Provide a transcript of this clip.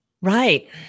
Right